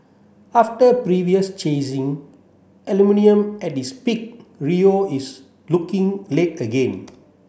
after previously chasing aluminium at its peak Rio is looking late again